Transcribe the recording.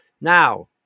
now